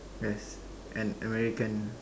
yes and american